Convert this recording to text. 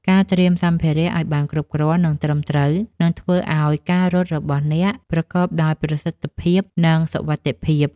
ការត្រៀមសម្ភារៈឱ្យបានគ្រប់គ្រាន់ និងត្រឹមត្រូវ នឹងធ្វើឱ្យការរត់របស់អ្នកប្រកបដោយប្រសិទ្ធភាព និងសុវត្ថិភាព។